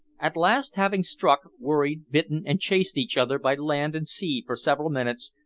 at last having struck, worried, bitten, and chased each other by land and sea for several minutes,